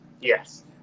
yes